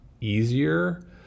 easier